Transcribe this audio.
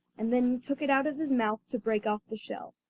and then took it out of his mouth to break off the shell.